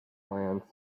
plans